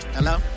Hello